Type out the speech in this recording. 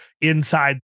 inside